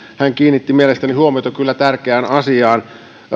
hän kiinnitti mielestäni huomiota kyllä tärkeään asiaan